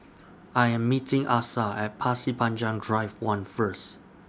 I Am meeting Asa At Pasir Panjang Drive one First